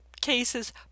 cases